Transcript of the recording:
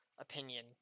opinion